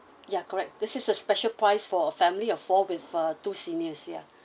ya correct this is a special price for a family of four with uh two seniors ya